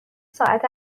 ساعت